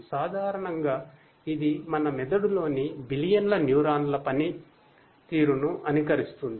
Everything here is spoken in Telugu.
సాధారణంగా ఇది మన మెదడులోని బిలియన్ల న్యూరాన్ల పని పనితీరును అనుకరిస్తుంది